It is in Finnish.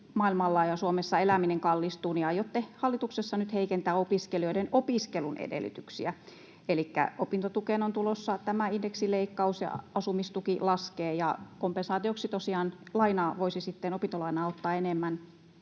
maailmalla ja Suomessa eläminen kallistuu, aiotte hallituksessa heikentää opiskelijoiden opiskelun edellytyksiä. Elikkä opintotukeen on tulossa tämä indeksileikkaus, ja asumistuki laskee. Kompensaatioksi tosiaan opintolainaa voisi ottaa enemmän.